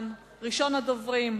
423,